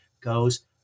goes